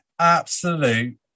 absolute